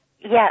Yes